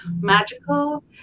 magical